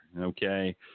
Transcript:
Okay